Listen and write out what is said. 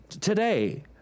Today